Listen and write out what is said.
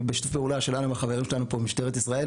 בשיתוף פעולה שלנו עם החברים שלנו פה במשטרת ישראל,